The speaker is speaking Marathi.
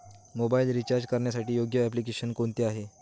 मोबाईल रिचार्ज करण्यासाठी योग्य एप्लिकेशन कोणते आहे?